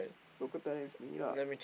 local talent is me lah